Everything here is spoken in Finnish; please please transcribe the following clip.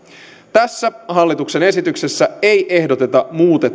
tässä hallituksen esityksessä ei ehdoteta